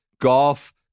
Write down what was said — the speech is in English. golf